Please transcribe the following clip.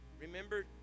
Remember